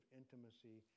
intimacy